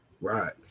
right